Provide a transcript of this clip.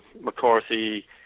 McCarthy